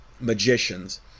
magicians